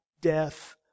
death